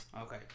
Okay